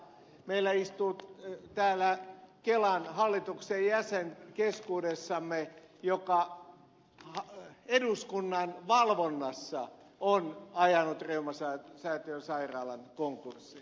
meillä istuu täällä keskuudessamme kelan hallituksen jäsen joka eduskunnan valvonnassa on ajanut reumasäätiön sairaalan konkurssiin